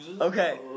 Okay